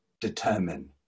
determine